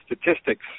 statistics